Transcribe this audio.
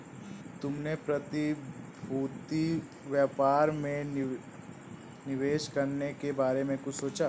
तुमने प्रतिभूति व्यापार में निवेश करने के बारे में कुछ सोचा?